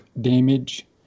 damage